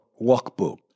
workbook